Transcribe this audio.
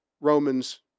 Romans